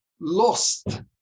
lost